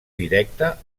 directa